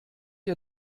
ihr